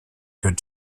good